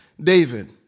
David